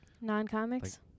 Non-comics